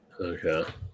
Okay